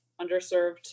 underserved